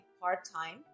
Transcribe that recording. part-time